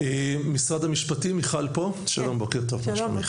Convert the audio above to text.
משרד המשפטים, בבקשה.